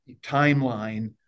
timeline